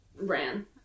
ran